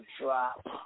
drop